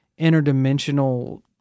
interdimensional